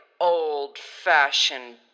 old-fashioned